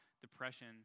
depression